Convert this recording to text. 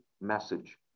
message